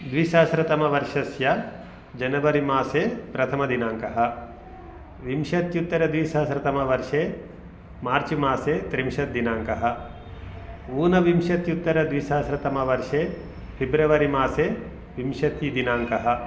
द्विसहस्रतमवर्षस्य जनवरि मासे प्रथमदिनाङ्कः विंशत्युत्तरद्विसहस्रतमवर्षे मार्च् मासे त्रिंशत् दिनाङ्कः ऊनविंशत्युत्तर द्विसहस्रतमवर्षे फिब्रवरि मासे विंशतिदिनाङ्कः